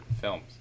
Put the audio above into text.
films